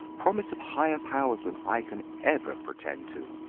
promise of higher powers than i can ever pretend to.